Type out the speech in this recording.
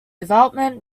development